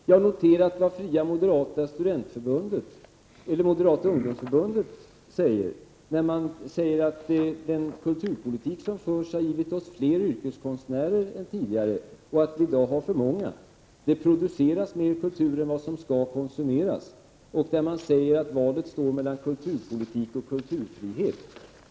Jag har noterat vad Moderata ungdomsförbundet säger: Den kulturpolitik som förs har givit oss fler yrkeskonstnärer än tidigare och vi har i dag för många av dem. Det produceras mer kultur än vad som skall konsumeras. Valet står mellan kulturpolitik och kulturfrihet.